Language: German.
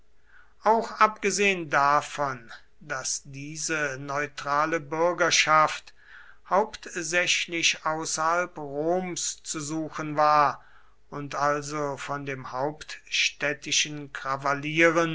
auch abgesehen davon daß diese neutrale bürgerschaft hauptsächlich außerhalb roms zu suchen war und also von dem hauptstädtischen